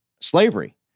slavery